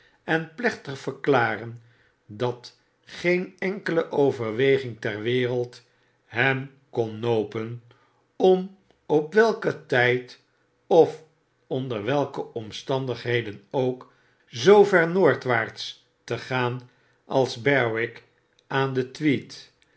en plechtig verklaren dat geen enkele overweging ter wereld hem kon nopen om op welken tijd ofonder welke omstandigheden ook zoo ver noodwaarts te gaan als berwick aan de tweed